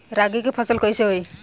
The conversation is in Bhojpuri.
रागी के फसल कईसे होई?